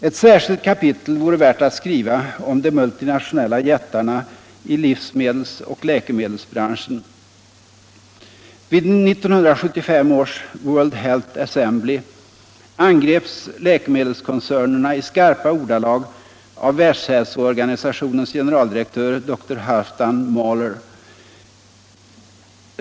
Ett särskilt kapitel vore värt att skriva om de multinationella jättarna i livsmedels och likemedelsbranscherna. Vid 1975 års World Health Assembly angreps läkemedelskoncernerna i skarpa ordalag av Världshälsoorganisationens generaldirektör dr Halfdan Mahler.